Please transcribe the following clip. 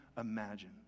imagine